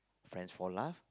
friends for laugh